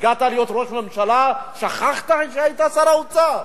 הגעת להיות ראש ממשלה ושכחת שהיית שר האוצר?